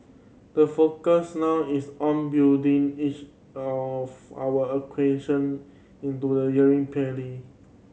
the focus now is on building each of our acquisition into the earning pearly